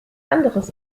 anderes